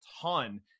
ton